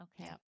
Okay